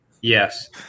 Yes